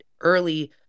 early